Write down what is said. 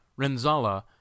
renzala